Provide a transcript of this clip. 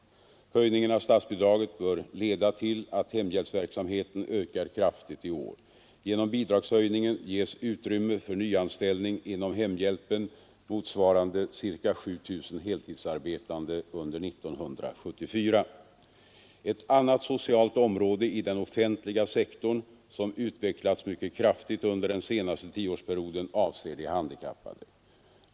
Höjningen av statsbidraget bör leda till att hemhjälpsverksamheten ökar kraftigt i år. Genom bidragshöjningen ges utrymme för nyanställning inom hemhjälpen motsvarande ca 7000 heltidsarbetande under 1974. Ett annat socialt område i den offentliga sektorn som utvecklats mycket kraftigt under den senaste tioårsperioden avser de handikappade.